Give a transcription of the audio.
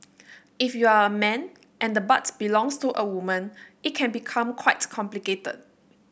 if you're a man and the butt belongs to a woman it can become quite complicated